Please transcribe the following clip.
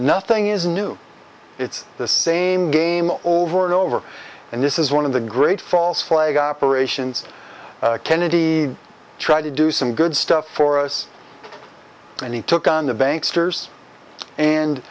nothing is new it's the same game over and over and this is one of the great false flag operations kennedy tried to do some good stuff for us and he took on the banks toure's and